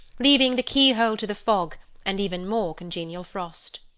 leaving the keyhole to the fog and even more congenial frost.